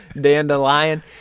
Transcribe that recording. Dandelion